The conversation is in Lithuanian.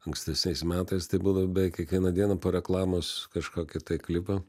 ankstesniais metais tai buvo beveik kiekvieną dieną po reklamos kažkokį klipą